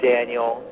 Daniel